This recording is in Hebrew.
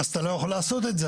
אז אתה לא יכול לעשות את זה,